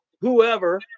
whoever